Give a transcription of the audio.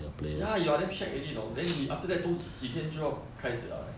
ya you're damn shag already know then 你 after that 都几天就要开始 liao leh